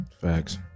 Facts